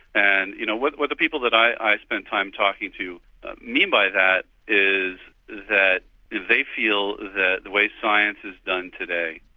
and you know what what the people that i spend time talking to mean by that is that they feel the way science is done today,